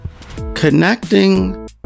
Connecting